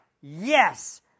yes